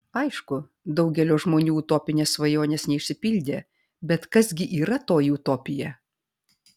aišku daugelio žmonių utopinės svajonės neišsipildė bet kas gi yra toji utopija